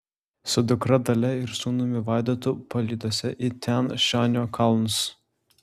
su dukra dalia ir sūnumi vaidotu palydose į tian šanio kalnus